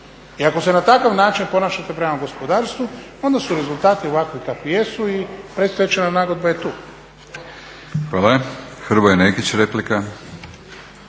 I ako se na takav način ponašate prema gospodarstvu onda su rezultati ovakvi kakvi jesu i predstečajna nagodba je tu. **Batinić, Milorad